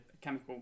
chemical